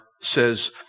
says